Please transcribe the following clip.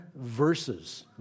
verses